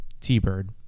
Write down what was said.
T-Bird